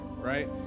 right